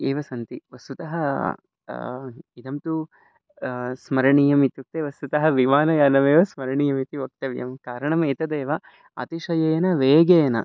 एव सन्ति वस्तुतः इदं तु स्मरणीयम् इत्युक्ते वस्तुतः विमानयानमेव स्मरणीयमति वक्तव्यं कारणम् एतदेव अतिशयेन वेगेन